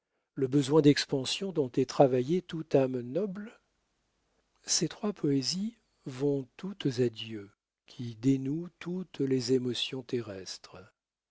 le besoin d'expansion dont est travaillée toute âme noble ces trois poésies vont toutes à dieu qui dénoue toutes les émotions terrestres